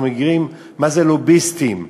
אנחנו יודעים מה זה לוביסטים,